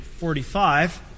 45